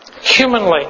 Humanly